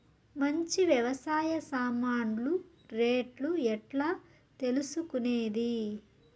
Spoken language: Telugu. మంచి వ్యవసాయ సామాన్లు రేట్లు ఎట్లా తెలుసుకునేది?